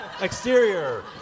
Exterior